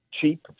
cheap